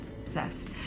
obsessed